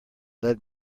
led